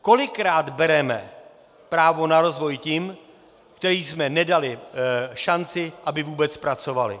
Kolikrát bereme právo na rozvoj těm, kterým jsme nedali šanci, aby vůbec pracovali?